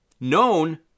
known